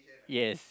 yes